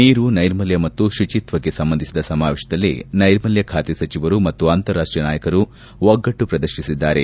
ನೀರು ನೈರ್ಮಲ್ಯ ಮತ್ತು ಶುಚಿತ್ವಕ್ಷೆ ಸಂಬಂಧಿಸಿದ ಸಮಾವೇಶದಲ್ಲಿ ನೈರ್ಮಲ್ಯ ಖಾತೆ ಸಚಿವರು ಮತ್ತು ಅಂತಾರಾಷ್ಟೀಯ ನಾಯಕರು ಒಗ್ಗಟ್ಟು ಪ್ರದರ್ಶಿಸಿದ್ದಾರೆ